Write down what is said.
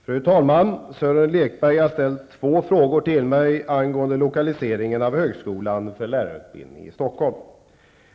Fru talman! Sören Lekberg har ställt två frågor till mig angående lokaliseringen av Högskolan för lärarutbildning i Stockholm.